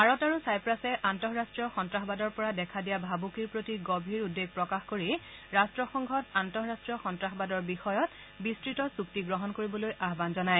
ভাৰত আৰু ছাইপ্ৰাছে আন্তঃৰাষ্ট্ৰীয় সন্তাসবাদৰ পৰা দেখা দিয়া ভাবুকিৰ প্ৰতি গভীৰ উদ্বেগ প্ৰকাশ কৰি ৰাষ্টসংঘত আন্তঃৰাষ্ট্ৰীয় সন্ত্ৰাসবাদৰ বিষয়ত বিস্তৃত চুক্তি গ্ৰহণ কৰিবলৈ আহান জনায়